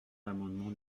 l’amendement